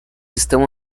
estão